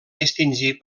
distingir